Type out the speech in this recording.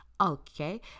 Okay